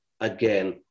again